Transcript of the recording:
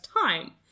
time